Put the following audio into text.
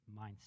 mindset